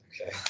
Okay